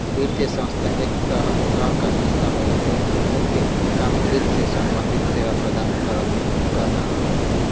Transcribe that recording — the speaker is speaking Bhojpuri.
वित्तीय संस्था एक तरह क संस्था होला एकर मुख्य काम वित्त से सम्बंधित सेवा प्रदान करना हउवे